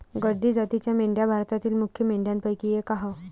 गड्डी जातीच्या मेंढ्या भारतातील मुख्य मेंढ्यांपैकी एक आह